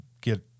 get